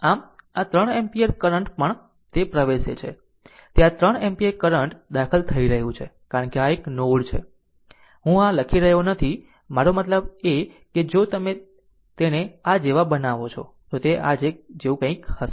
આમ આ 3 ampere current પણ તે પ્રવેશે છે તે આ 3 એમ્પીયર કરંટ દાખલ કરી રહ્યું છે કારણ કે તે એક નોડ છે હું આ લખી રહ્યો નથી મારો મતલબ કે જો તમે તેને આ જેવા બનાવો છો તો તે આ જેવું કંઈક હશે